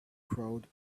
crowd